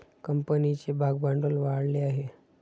कंपनीचे भागभांडवल वाढले आहे